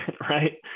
right